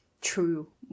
true